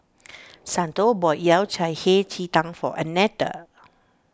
Santo bought Yao Cai Hei Ji Tang for Annetta